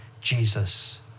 Jesus